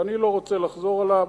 ואני לא רוצה לחזור עליו.